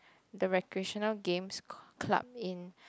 the recreational games club in